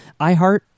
iHeart